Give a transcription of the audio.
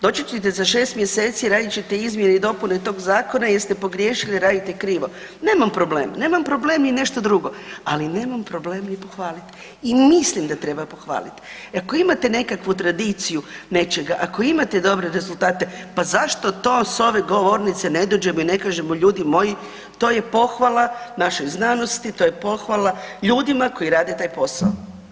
Doći ćete za 6 mj., radit će se izmjene i dopune tog zakona jer ste pogriješili, radite krivo, nemam problem, nemam problem ni nešto drugo, ali nemam problem ni pohvaliti i mislim da treba pohvaliti jer ako imate nekakvu tradiciju nečega, ako imate dobre rezultate, pa zašto to s ove govornice ne dođemo i ne kažemo ljudi moji, to je pohvala našoj znanosti, to je pohvala ljudima koji rade taj posao.